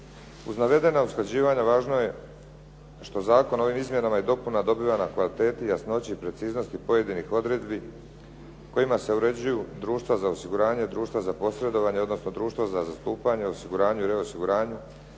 Uz navedena usklađivanja važno je što zakon ovim izmjenama i dopunama dobiva na kvaliteti, jasnoći i preciznosti pojedinih odredbi kojima se uređuju društva za osiguranje, društva za posredovanje odnosno društva za zastupanje u osiguranju i reosiguranju,